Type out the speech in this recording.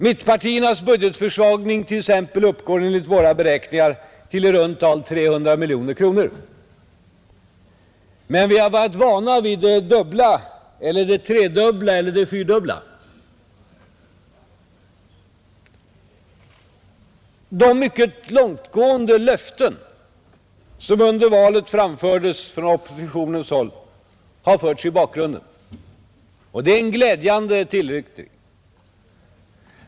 Mittenpartiernas budgetförsvagning t.ex. uppgår enligt våra beräkningar till i runt tal 300 miljoner kronor, men vi har varit vana vid det dubbla eller det tredubbla eller det fyrdubbla. De mycket långtgående löften som under valrörelsen framfördes från oppositionens håll har förts i bakgrunden, och det är en glädjande tillnyktring.